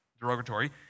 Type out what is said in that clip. derogatory